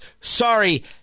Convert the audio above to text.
Sorry